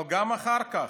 אבל גם אחר כך,